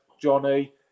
Johnny